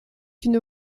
une